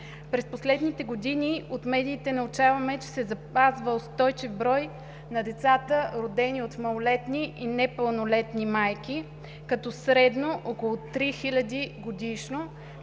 През последните години от медиите научаваме, че се запазва устойчив брой на децата, родени от малолетни и непълнолетни майки, като средно около три хиляди